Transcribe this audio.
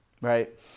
right